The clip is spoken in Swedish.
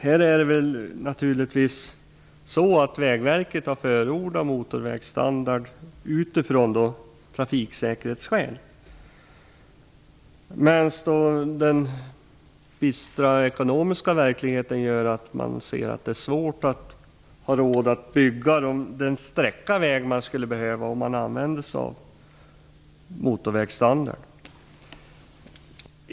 Vägverket har naturligtvis förordat motorvägsstandard av trafiksäkerhetsskäl, medan den bistra ekonomiska verkligheten gör det svårt att ha råd att bygga den sträcka väg man skulle behöva om man använde sig av motorvägsstandard.